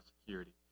security